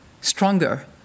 stronger